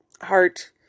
heart